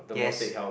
yes